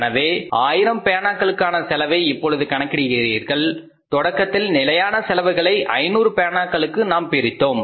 எனவே 1000 பேனா களுக்கான செலவை இப்போது கணக்கிட்டிருக்கின்றீர்கள் தொடக்கத்தில் நிலையான செலவுகளை 500 பேனாகளுக்கு நாம் பிரித்தோம்